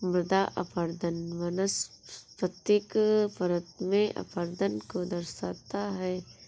मृदा अपरदन वनस्पतिक परत में अपरदन को दर्शाता है